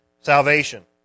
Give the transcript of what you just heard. salvation